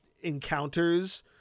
encounters